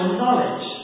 knowledge